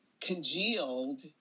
congealed